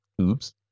Oops